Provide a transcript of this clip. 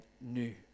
new